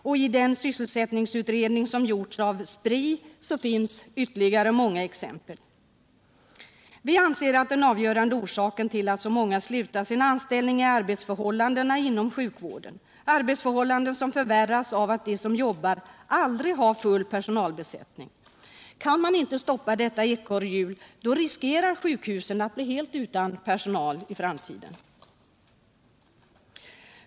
Också i den sysselsättningsutredning som gjorts av Spri finns många exempel på detta. Vi anser att den avgörande orsaken till att så många slutar sina anställningar är arbetsförhållandena inom sjukvården —arbetsförhållanden som förvärras för dem som jobbar genom att man aldrig har full personalbesättning. Kan man inte stoppa detta ekorrhjul riskerar sjukhusen att bli helt utan personal i framtiden.